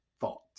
Thought